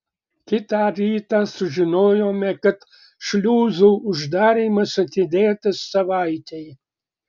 kitą rytą sužinojome kad šliuzų uždarymas atidėtas savaitei